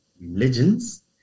religions